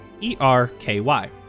E-R-K-Y